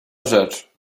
rzecz